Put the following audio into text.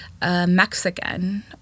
Mexican